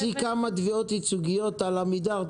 תעשי כמה תביעות ייצוגיות על עמידר,